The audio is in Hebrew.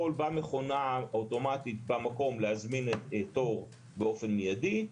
יכול במכונה האוטומטית במקום להזמין תור באופן מידי,